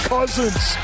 Cousins